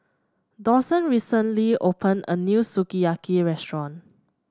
Dawson recently opened a new Sukiyaki Restaurant